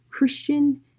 Christian